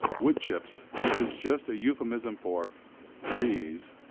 wood chips, which is just a euphemism for trees,